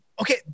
okay